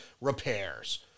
repairs